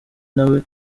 nawe